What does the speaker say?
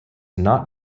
not